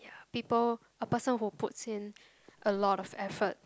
people a person who puts in a lot of effort